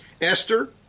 Esther